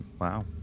Wow